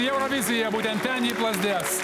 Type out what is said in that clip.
į euroviziją būtent ten ji plazdės